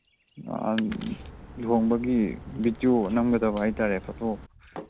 ꯑꯥ ꯂꯨꯍꯣꯡꯕꯒꯤ ꯕꯤꯗꯤꯑꯣ ꯅꯝꯒꯗꯕ ꯍꯥꯏ ꯇꯥꯔꯦ ꯐꯣꯇꯣ